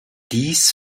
dies